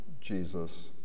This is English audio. Jesus